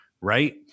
Right